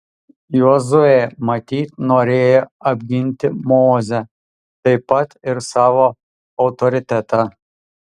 jozuė matyt norėjo apginti mozę taip pat ir savo autoritetą